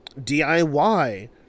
DIY